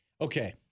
Okay